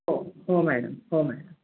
हो हो मॅडम हो मॅडम